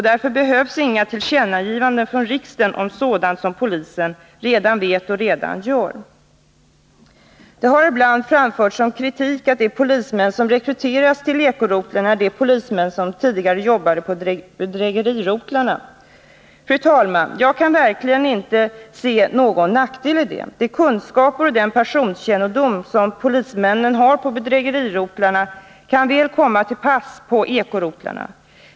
Därför behövs inget tillkännagivande från riksdagen om sådant som polisen redan vet och redan gör. Den kritiken har ibland framförts att de polismän som rekryteras till eko-rotlarna är de polismän som tidigare jobbade på bedrägerirotlarna. Jag kan verkligen inte, fru talman, se någon nackdel i det. De kunskaper och den personkännedom som polismännen har på bedrägerirotlarna kan komma väl till pass på eko-rotlarna.